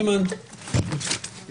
הישיבה ננעלה בשעה 16:50.